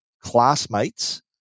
classmates